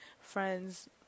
friends